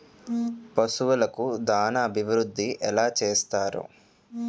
పశువులకు దాన అభివృద్ధి ఎలా చేస్తారు?